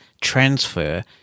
transfer